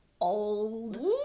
old